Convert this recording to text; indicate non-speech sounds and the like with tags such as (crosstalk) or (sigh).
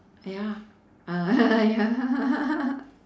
ya uh (laughs) ya (laughs)